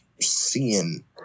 seeing